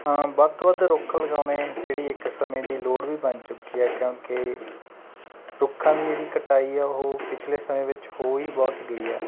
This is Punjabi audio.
ਹਾਂ ਵੱਧ ਤੋਂ ਵੱਧ ਰੁੱਖ ਲਗਾਉਣੇ ਜਿਹੜੀ ਇੱਕ ਸਮੇਂ ਦੀ ਲੋੜ ਵੀ ਬਣ ਚੁੱਕੀ ਹੈ ਕਿਉਂਕਿ ਰੁੱਖਾਂ ਦੀ ਜਿਹੜੀ ਕਟਾਈ ਆ ਉਹ ਪਿਛਲੇ ਸਮੇਂ ਵਿੱਚ ਹੋ ਹੀ ਬਹੁਤ ਗਈ ਹੈ